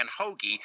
Hoagie